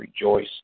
rejoice